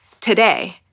today